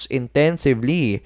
intensively